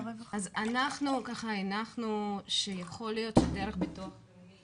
אנחנו הנחנו שיכול להיות שדרך ביטוח לאומי